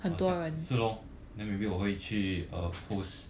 是 lor then maybe 我会去 uh host